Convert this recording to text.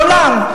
לעולם,